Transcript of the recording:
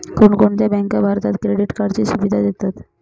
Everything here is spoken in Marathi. कोणकोणत्या बँका भारतात क्रेडिट कार्डची सुविधा देतात?